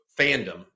fandom